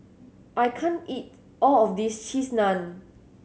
I can't eat all of this Cheese Naan